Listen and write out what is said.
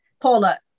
Paula